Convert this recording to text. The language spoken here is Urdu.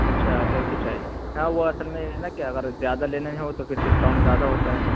اچھا ایک ہی چاہیے ہاں وہ اصل میں یہ ہے نا کہ اگر زیادہ لینے ہو تو پھر ڈسکاؤنٹ زیادہ ہوتا ہے